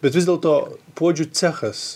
bet vis dėlto puodžių cechas